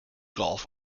golf